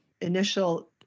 initial